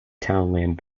townland